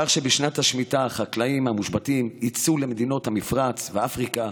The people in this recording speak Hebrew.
כך שבשנת השמיטה החקלאים המושבתים יצאו למדינות המפרץ ואפריקה